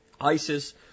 ISIS